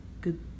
Good